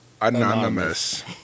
Anonymous